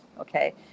Okay